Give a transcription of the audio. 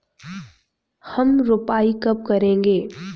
हम रोपाई कब करेंगे?